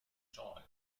joined